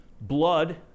blood